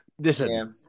listen